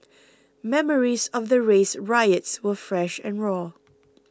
memories of the race riots were fresh and raw